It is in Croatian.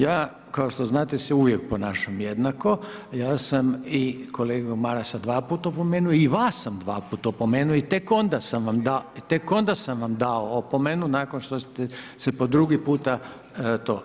Ja kao što znate se uvijek ponašam jednako, ja sam i kolegu Marasa dva puta opomenuo i vas sam dva puta opomenuo i tek …... [[Upadica se ne čuje.]] onda sam mu dao opomenu nakon što ste se po drugi puta to.